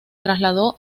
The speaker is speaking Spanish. trasladó